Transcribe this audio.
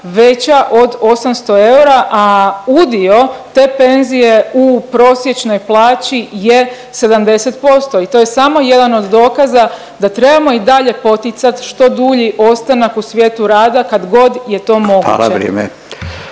veća od 800 eura, a udio te penzije u prosječnoj plaći je 70%. I to je samo jedan od dokaza da trebamo i dalje poticat što dulji ostanak u svijetu rada kadgod je to moguće.